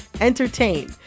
entertain